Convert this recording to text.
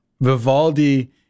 Vivaldi